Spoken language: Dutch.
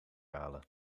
halen